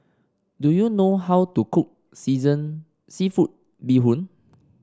do you know how to cook season seafood Bee Hoon